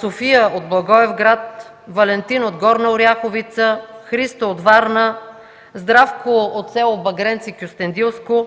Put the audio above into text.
Софúя от Благоевград, Валентин от Горна Оряховица, Христо от Варна, Здравко от с. Багренци – Кюстендилско,